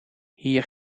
hier